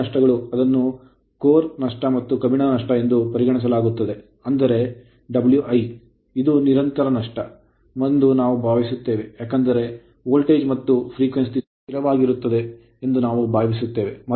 ಪ್ರಮುಖ ನಷ್ಟಗಳು ಅದನ್ನು core ಪ್ರಮುಖ ನಷ್ಟ ಅಥವಾ ಕಬ್ಬಿಣದ ನಷ್ಟಎಂದು ಪರಿಗಣಿಸಲಾಗುತ್ತದೆ ಅಂದರೆ ವೈ ಇದು ನಿರಂತರ ನಷ್ಟ ಎಂದು ನಾವು ಭಾವಿಸುತ್ತೇವೆ ಏಕೆಂದರೆ ವೋಲ್ಟೇಜ್ ಮತ್ತು ಆವರ್ತನವು ಸ್ಥಿರವಾಗಿರುತ್ತದೆ ಎಂದು ನಾವು ಭಾವಿಸುತ್ತೇವೆ